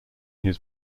his